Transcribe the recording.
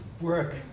work